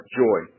joy